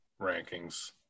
rankings